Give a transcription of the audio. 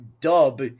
dub